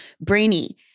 brainy